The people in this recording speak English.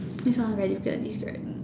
this one very good this very good